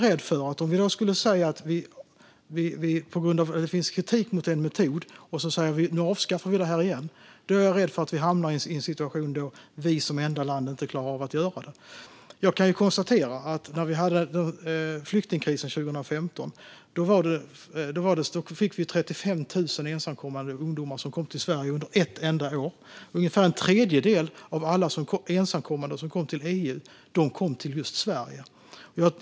Om jag, på grund av att det finns kritik mot en metod, skulle säga att vi avskaffar den igen är jag rädd att vi hamnar i en situation där vi som enda land inte klarar av att göra det. Jag kan konstatera att under flyktingkrisen 2015 kom 35 000 ensamkommande ungdomar till Sverige under ett enda år. Ungefär en tredjedel av alla ensamkommande som kom till EU kom till just Sverige.